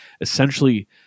Essentially